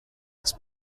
this